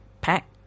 pack